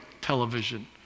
television